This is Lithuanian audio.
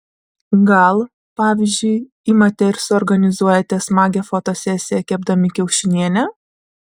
gal pavyzdžiui imate ir susiorganizuojate smagią fotosesiją kepdami kiaušinienę